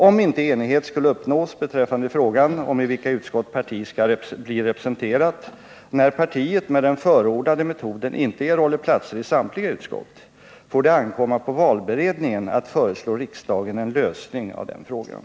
Om inte enighet skulle uppnås beträffande frågan metoden inte erhåller platser i samtliga utskott får det ankomma på Tisdagen den valberedningen att föreslå riksdagen en lösning av den frågan.